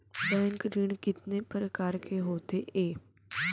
Bank ऋण कितने परकार के होथे ए?